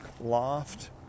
loft